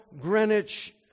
Greenwich